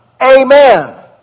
amen